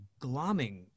glomming